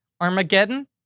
Armageddon